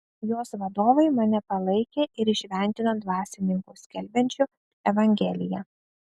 jos vadovai mane palaikė ir įšventino dvasininku skelbiančiu evangeliją